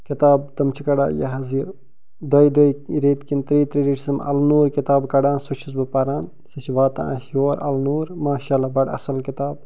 کِتاب تِم چھِ کڑان یہِ حظ یہِ دۄیہِ دۄیہِ ریٚتھۍ کنہٕ ترٛیہِ ترٚیہِ ریٚتھۍ چھِ تِم النوٗر کِتاب کڑان سُہ چھُس بہٕ پران سُہ واتان اسہِ یور النوٗر ماشااللہ بڑٕ اصل کِتاب